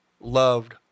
loved